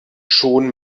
schon